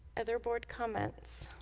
other board comments